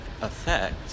effect